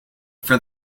for